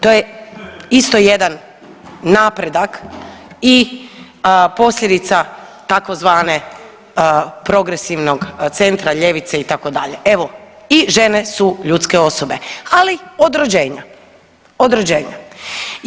To je isto jedan napredak i posljedica tzv. progresivnog centra, ljevice itd., evo i žene su ljudske osobe, ali od rođenja, od rođenja.